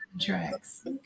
Tracks